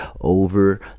over